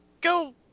go